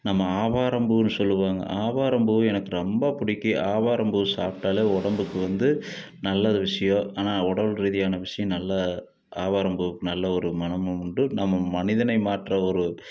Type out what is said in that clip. நம்ம ஆவாரம்பூன்னு சொல்லுவாங்க ஆவாரம்பூ எனக்கு ரொம்ப பிடிக்கி ஆவாரம்பூ சாப்பிட்டால் உடம்புக்கு வந்து நல்ல விஷயம் ஆனால் உடல் ரீதியான விஷயம் நல்ல ஆவாரம்பூவுக்கு நல்ல ஒரு மணமும் உண்டு நம்ம மனிதனை மாற்ற ஒரு